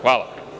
Hvala.